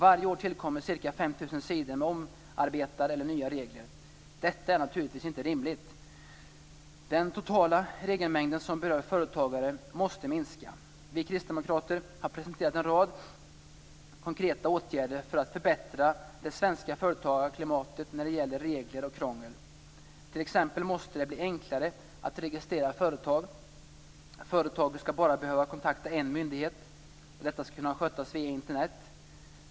Varje år tillkommer ca 5 000 sidor med omarbetade eller nya regler. Detta är naturligtvis inte rimligt. Den totala regelmängden som berör företagare måste minska. Vi kristdemokrater har presenterat en rad konkreta åtgärder för att förbättra det svenska företagarklimatet när det gäller regler och krångel. T.ex. måste det bli enklare att registrera företag. Företaget skall bara behöva kontakta en myndighet, och detta skall kunna skötas via Internet.